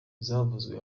zavuzwe